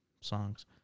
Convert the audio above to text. songs